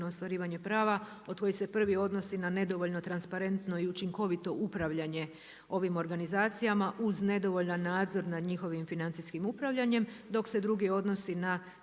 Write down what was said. ostvarivanje prava od kojih se prvi odnosi na nedovoljno transparentno i učinkovito upravljanje ovim organizacijama uz nedovoljan nadzor nad njihovim financijskim upravljanjem dok se drugi odnosi na